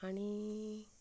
आनी